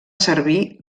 servir